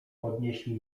podnieśli